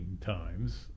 times